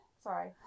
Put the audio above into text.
Sorry